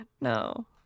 No